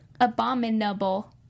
abominable